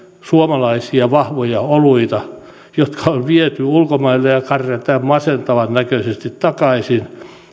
suomalaisia vahvoja oluita jotka on viety ulkomaille ja ja kärrätään masentavan näköisesti takaisin